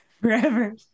forever